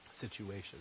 situation